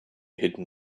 hidden